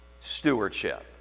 stewardship